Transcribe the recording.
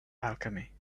alchemy